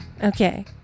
Okay